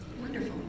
Wonderful